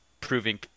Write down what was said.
proving